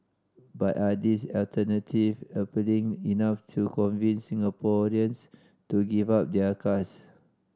but are these alternative appealing enough to convince Singaporeans to give up their cars